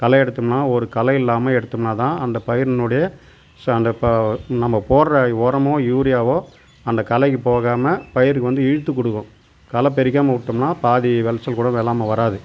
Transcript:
களையெடுத்தோம்னா ஒரு களை இல்லாமல் எடுத்தோம்னா தான் அந்த பயிரினுடைய ஸோ அந்த இப்போ நம்ம போடுற உரமோ யூரியாவோ அந்த களைக்கு போகாமல் பயிருக்கு வந்து இழுத்து கொடுக்கும் களை பறிக்காமல் விட்டோம்னா பாதி விளச்சல் கூட வெள்ளாமை வராது